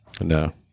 No